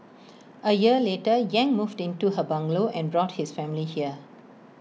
A year later yang moved into her bungalow and brought his family here